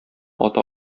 ата